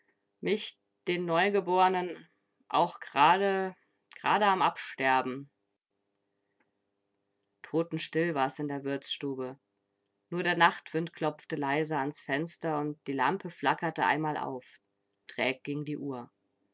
mich den neugeborenen auch gerade gerade am absterben totenstill war's in der wirtsstube nur der nachtwind klopfte leise ans fenster und die lampe flackerte einmal auf träg ging die uhr